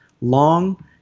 long